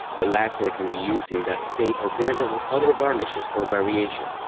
the lacquer can be used in that state or blended with other varnishes for variation.